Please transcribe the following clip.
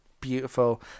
beautiful